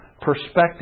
perspective